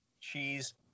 cheese